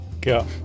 Go